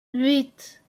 huit